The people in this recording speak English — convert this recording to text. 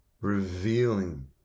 revealing